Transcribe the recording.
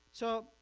so